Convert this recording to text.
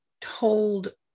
told